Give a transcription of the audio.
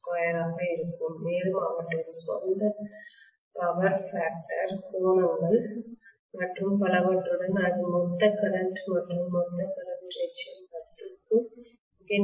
22 ஆக இருக்கும் மேலும் அவற்றின் சொந்த பவர் ஃபேக்டர்சக்தி காரணி கோணங்கள் மற்றும் பலவற்றுடன் அது மொத்த கரெண்ட் மற்றும் மொத்த கரெண்ட் நிச்சயம் 10 க்கு மிக நெருக்கமாக இருக்கும்